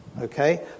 okay